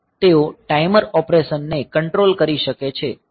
તેઓ ટાઈમર ઓપરેશનને કંટ્રોલ કરી શકે છે